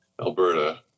Alberta